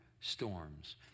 storms